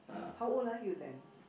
how old are you then